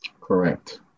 Correct